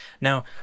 now